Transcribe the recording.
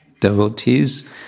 devotees